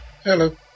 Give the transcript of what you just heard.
Hello